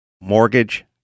mortgage